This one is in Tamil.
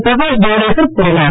பிரகாஷ் ஜவுடேகர் கூறினார்